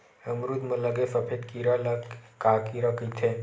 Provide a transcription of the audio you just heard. अमरूद म लगे सफेद कीरा ल का कीरा कइथे?